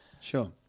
Sure